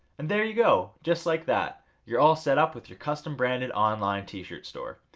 and there you go, just like that you're all set up with your custom branded, online t-shirt store.